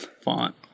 font